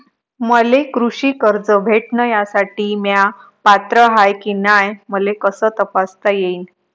मले कृषी कर्ज भेटन यासाठी म्या पात्र हाय की नाय मले कस तपासता येईन?